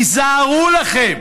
היזהרו לכם.